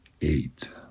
eight